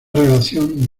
relación